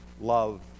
Love